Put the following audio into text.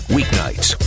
Weeknights